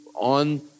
on